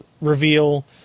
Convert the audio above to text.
reveal